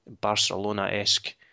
Barcelona-esque